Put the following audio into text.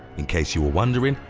in case you were wondering,